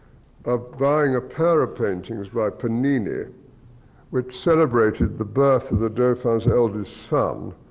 of buying a pair of paintings by panini which celebrated the birth of the dauphin's eldest son.